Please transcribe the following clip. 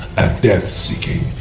death-seeking,